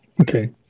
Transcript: Okay